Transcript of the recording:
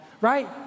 Right